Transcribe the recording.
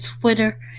Twitter